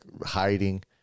hiding